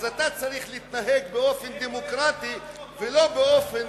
אז אתה צריך להתנהג באופן דמוקרטי ולא באופן,